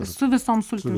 su visom sultim